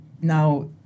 now